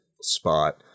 spot